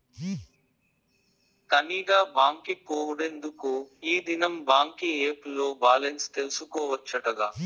తనీగా బాంకి పోవుడెందుకూ, ఈ దినం బాంకీ ఏప్ ల్లో బాలెన్స్ తెల్సుకోవచ్చటగా